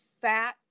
fat